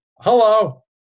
hello